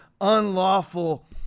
unlawful